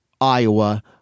Iowa